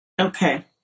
okay